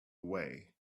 away